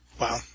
Wow